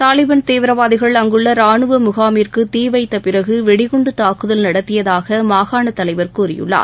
தாலிபன் தீவிரவாதிகள் அங்குள்ள ரானுவ முகாமிற்கு தீ வைத்த பிறகு வெடிகுண்டு தாக்குதல் நடத்தியதாக மாகாண தலைவர் கூறியுள்ளார்